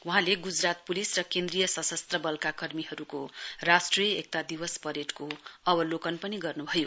वहाँले गुजरात पुलिस र केन्द्रीय सशस्त्र वलका कर्मीहरुको राष्ट्रिय एकता दिवस परेड़को अवलोकन पनि गर्नुभयो